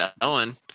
Owen